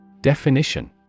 Definition